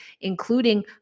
including